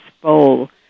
bowl